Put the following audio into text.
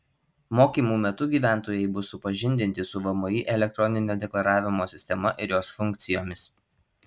mokymų metu gyventojai bus supažindinti su vmi elektroninio deklaravimo sistema ir jos funkcijomis